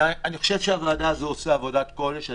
אני חושב שהוועדה הזו עושה עבודת קודש.